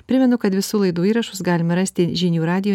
primenu kad visų laidų įrašus galima rasti žinių radijo